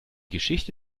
geschichte